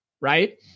Right